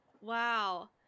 wow